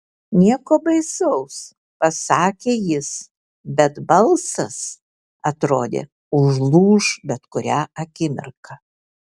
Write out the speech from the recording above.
nieko baisaus pasakė jis bet balsas atrodė užlūš bet kurią akimirką